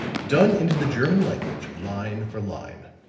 done into the german language, line for line.